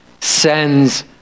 sends